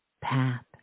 path